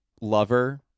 lover